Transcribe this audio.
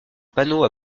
panneaux